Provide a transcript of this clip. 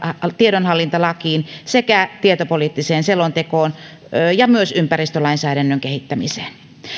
tiedonhallintalakiin sekä tietopoliittiseen selontekoon ja myös ympäristölainsäädännön kehittämiseen